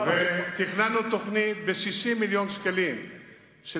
ותכננו תוכנית ב-60 מיליון שקלים של